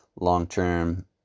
long-term